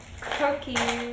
cookies